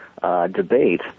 debate